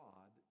God